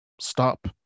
stop